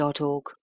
org